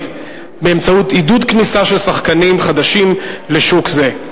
באמצעות עידוד כניסה של שחקנים חדשים לשוק זה.